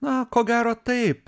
na ko gero taip